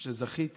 שזכיתי